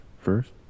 first